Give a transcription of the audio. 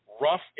rough